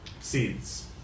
seeds